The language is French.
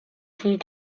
ponts